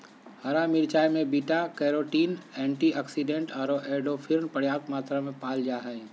हरा मिरचाय में बीटा कैरोटीन, एंटीऑक्सीडेंट आरो एंडोर्फिन पर्याप्त मात्रा में पाल जा हइ